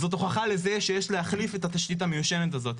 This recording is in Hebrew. זאת הוכחה לזה שיש להחליף את התשתית המיושנת הזאת.